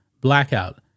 Blackout